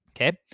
Okay